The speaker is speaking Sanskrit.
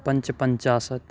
पञ्चपञ्चासत्